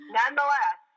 nonetheless